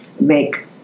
make